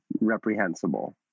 reprehensible